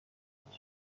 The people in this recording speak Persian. محبوب